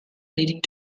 leading